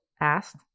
asked